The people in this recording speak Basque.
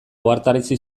ohartarazi